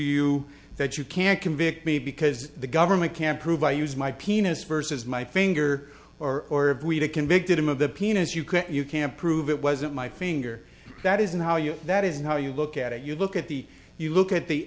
you that you can't convict me because the government can't prove i used my penis versus my finger or we get convicted him of the pinas you can't you can't prove it wasn't my finger that isn't how you that is how you look at it you look at the you look at the